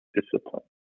discipline